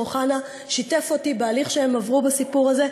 אוחנה שיתף אותי בהליך שהם עברו בסיפור הזה.